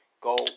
Go